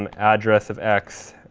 um address of x,